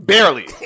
Barely